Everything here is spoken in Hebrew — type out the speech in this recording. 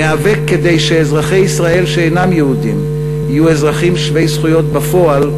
ניאבק כדי שאזרחי ישראל שאינם יהודים יהיו אזרחים שווי זכויות בפועל,